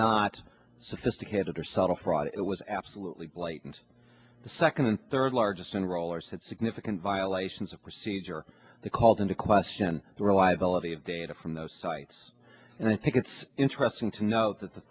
not sophisticated or subtle fraud it was absolutely blatant the second and third largest and rollers had significant violations of procedure they called into question the reliability of data from those sites and i think it's interesting to note that the